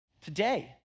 today